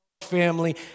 family